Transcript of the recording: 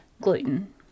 gluten